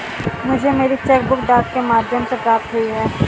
मुझे मेरी cheque book डाक के माध्यम से प्राप्त हुई है